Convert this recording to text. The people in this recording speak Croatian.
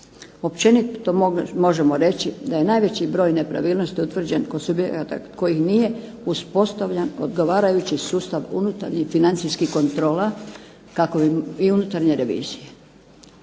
Općenito možemo reći da je najveći broj nepravilnosti utvrđen kod subjekata koji nije uspostavljan odgovarajući sustav unutarnjih i financijskih kontrola kako i unutarnje revizije.